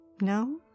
no